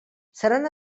seran